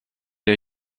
der